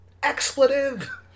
Expletive